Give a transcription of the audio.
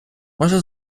можна